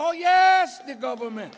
oh yes the government